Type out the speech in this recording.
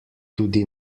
tudi